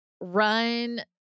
run